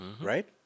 right